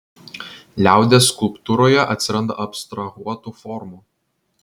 liaudies skulptūroje atsiranda abstrahuotų formų